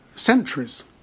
centuries